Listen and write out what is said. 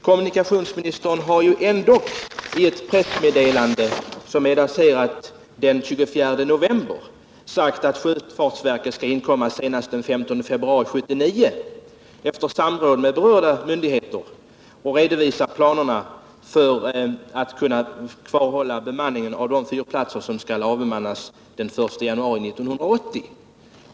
Kommunikationsministern har ju ändå i ett pressmeddelande som är taterat den 24 november sagt att sjöfartsverket efter samråd med berörda Nr 47 myndigheter senast den 15 februari skall redovisa förutsättningarna för att behålla bemanningen på de fyrplatser som skall avbemannas den 1 januari 1980.